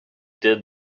did